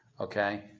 Okay